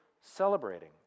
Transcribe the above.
celebrating